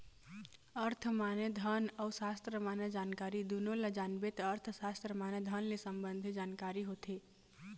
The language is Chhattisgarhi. अर्थ माने धन अउ सास्त्र माने जानकारी दुनो ल जानबे त अर्थसास्त्र माने धन ले संबंधी जानकारी होथे